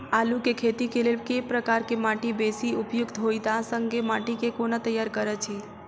आलु केँ खेती केँ लेल केँ प्रकार केँ माटि बेसी उपयुक्त होइत आ संगे माटि केँ कोना तैयार करऽ छी?